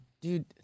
dude